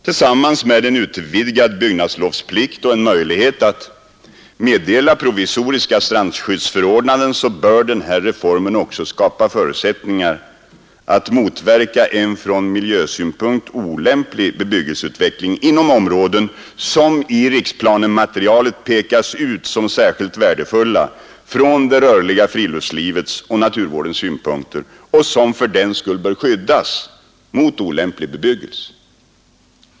Tillsammans med en utvidgad byggnadslovsplikt och en möjlighet att meddela provisoriska strandskyddsförordnanden bör den här reformen också skapa förutsättningar att motverka en från miljösynpunkt olämplig bebyggelseutveckling inom områden, som i riksplanematerialet pekas ut som särskilt värdefulla från det rörliga friluftslivets och naturvårdens synpunkter och som fördenskull bör skyddas mot olämplig bebyggelse.